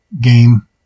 game